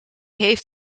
heeft